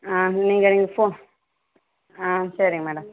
ஆ நீங்கள் நீங்கள் ஃபோ ஆ சரி மேடம்